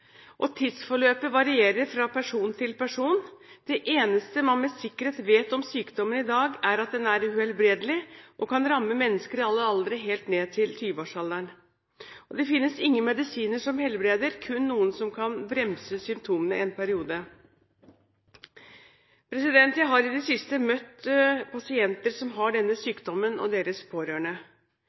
Og tidsforløpet varierer fra person til person. Det eneste man med sikkerhet vet om sykdommen i dag, er at den er uhelbredelig og kan ramme mennesker i alle aldre, helt ned til 20-årsalderen. Det finnes ingen medisiner som helbreder, kun noen som kan bremse symptomene en periode. Jeg har i det siste møtt pasienter som har denne sykdommen, og deres pårørende.